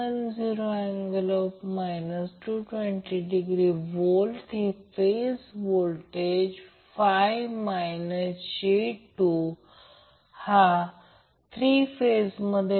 त्याचप्रमाणे line to line current I L I a I b I c magnitude phase current